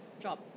job